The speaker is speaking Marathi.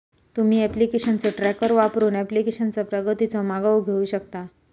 तुम्ही ऍप्लिकेशनचो ट्रॅकर वापरून ऍप्लिकेशनचा प्रगतीचो मागोवा घेऊ शकता